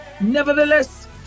Nevertheless